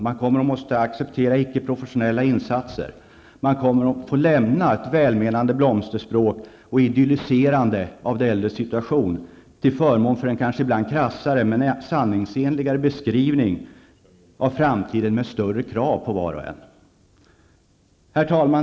Man måste acceptera ickeprofessionella insatser, och man måste lämna ett välmenande blomsterspråk och ett idylliserande av de äldres situation till förmån för en kanske ibland krassare men sanningsenligare beskrivning av framtiden med de större krav som ställs på var och en. Herr talman!